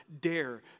dare